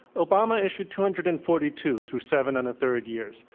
obama issued two hundred and forty two through seven and a third years,